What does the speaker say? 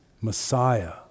Messiah